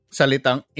salitang